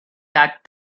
that